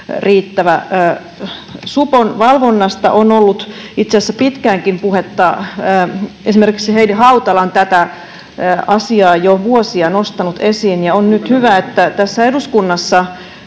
Supon valvonnasta on ollut itse asiassa pitkäänkin puhetta. Esimerkiksi Heidi Hautala on tätä asiaa jo vuosia nostanut esiin, ja on nyt hyvä, että eduskunnassa